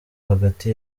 hagati